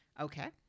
okay